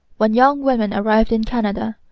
when young women arrived in canada,